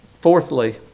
fourthly